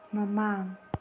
ꯃꯃꯥꯡ